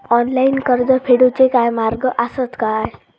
Online कर्ज फेडूचे काय मार्ग आसत काय?